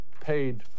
paid